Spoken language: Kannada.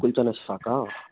ಕುಲ್ಚನೆ ಸಾಕಾ